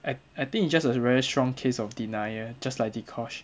I I think it's just a very strong case of denial just like dee kosh